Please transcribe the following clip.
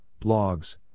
blogs